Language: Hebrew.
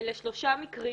לשלושה מקרים